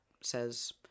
says